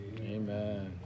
Amen